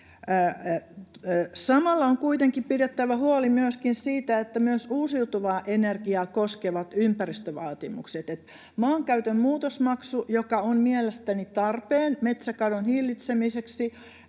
Samalla on kuitenkin pidettävä huoli myöskin siitä, että myös uusiutuvaa energiaa koskevat ympäristövaatimukset. Eli maankäytön muutosmaksun, joka on mielestäni tarpeen metsäkadon hillitsemiseksi,